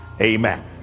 amen